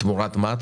תמורת מה?